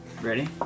Ready